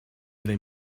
they